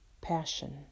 Passion